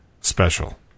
special